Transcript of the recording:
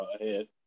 ahead